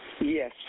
Yes